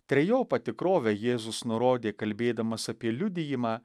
trejopą tikrovę jėzus nurodė kalbėdamas apie liudijimą